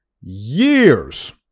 years